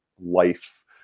life